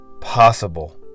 possible